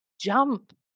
jump